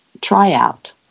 tryout